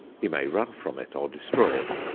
he may run from it or destroy it.